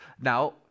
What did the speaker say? Now